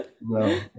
No